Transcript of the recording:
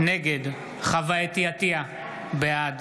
נגד חוה אתי עטייה, בעד